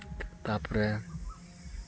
ᱛᱟᱨᱯᱚᱨᱮ